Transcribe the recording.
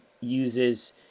uses